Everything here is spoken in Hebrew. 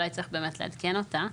אולי צריך באמת לעדכן אותה.